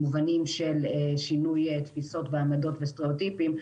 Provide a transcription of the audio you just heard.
מובנים של שינוי תפיסות ועמדות וסטריאוטיפים,